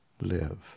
live